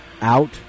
out